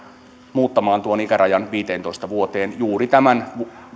muuttamaan tuon ikärajan viiteentoista vuoteen juuri tämän